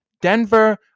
Denver